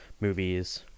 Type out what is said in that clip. movies